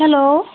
hello